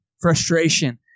frustration